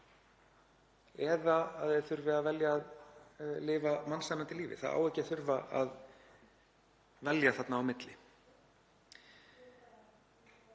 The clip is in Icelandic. að þeir þurfi að velja að lifa mannsæmandi lífi — það á ekki að þurfa að velja þarna á milli.